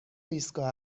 ایستگاه